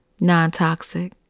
non-toxic